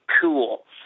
cool